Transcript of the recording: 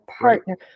partner